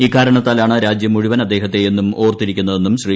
ഇക്കാരണത്താലാണ് രാജ്യം മുഴുവൻ അദ്ദേഹത്തെ എന്നും ഓർത്തിരിക്കുന്നതെന്നും ശ്രീ